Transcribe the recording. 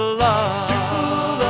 love